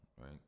right